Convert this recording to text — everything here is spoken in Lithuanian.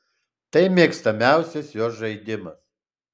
tai mėgstamiausias jos žaidimas